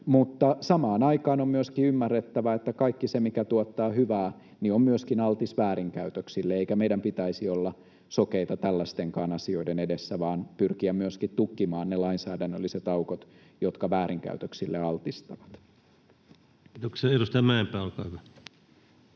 mutta samaan aikaan on myöskin ymmärrettävä, että kaikki se, mikä tuottaa hyvää, on altis väärinkäytöksille, eikä meidän pitäisi olla sokeita tällaistenkaan asioiden edessä vaan pyrkiä myöskin tukkimaan ne lainsäädännölliset aukot, jotka väärinkäytöksille altistavat. [Speech 200] Speaker: